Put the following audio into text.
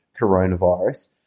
coronavirus